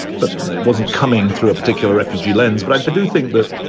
but it wasn't coming through a particular refugee lens. but i do think that,